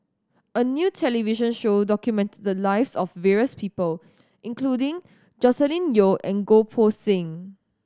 a new television show documented the lives of various people including Joscelin Yeo and Goh Poh Seng